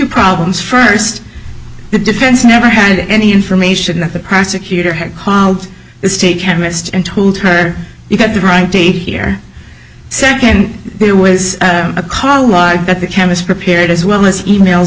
problems first the defense never had any information that the prosecutor had called the state chemist and told her you had the right date here second there was a call live at the chemist prepared as well as e mails